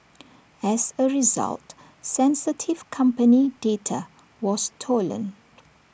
as A result sensitive company data was stolen